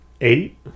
Eight